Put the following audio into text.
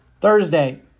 Thursday